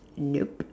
nope